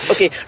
Okay